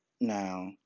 Now